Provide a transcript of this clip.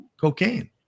cocaine